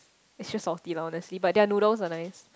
it's just salty loh honestly but their noodles are nice